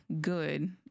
good